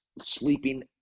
sleeping